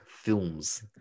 films